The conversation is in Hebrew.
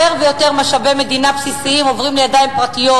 יותר ויותר משאבי מדינה בסיסיים עוברים לידיים פרטיות: